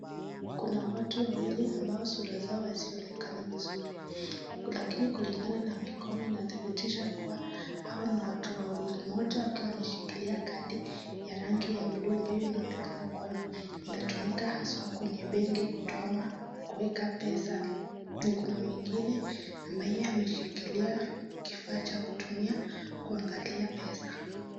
Kuna watu wawili ambao sura zao hazionekani vizuri, lakini kulingana na mikono inathibitisha kuwa hao ni watu wawili. Mmoja akiwa ameshikilia kadi ya rangi ya blue ambayo inaonekana kuwa inatumika haswa kwenye benki kutoa ama kuweka pesa. Kuna mwingine ambaye ameshikilia kifaa cha kutumia kuangalia pesa.